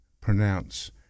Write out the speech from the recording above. pronounce